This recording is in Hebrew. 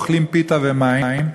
אוכלים פיתה ומים.